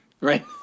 Right